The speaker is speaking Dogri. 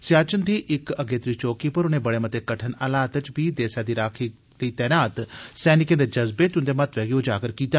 सियाचिन दी इक अगेत्री चौकी पर उनें बड़े मते कठन हालात च बी देसै दी राखी लेई तैनात सैनिकें दे जज्बे ते उंदे महत्वै गी उजागर कीता